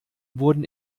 wurden